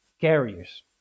carriers